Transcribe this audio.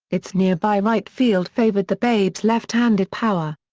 its nearby right field favored the babe's left-handed power.